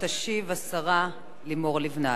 תשיב השרה לימור לבנת,